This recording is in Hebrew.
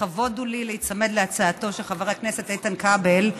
לכבוד הוא לי להיצמד להצעתו של חבר הכנסת איתן כבל,